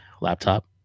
laptop